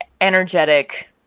energetic